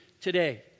today